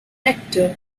director